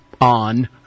on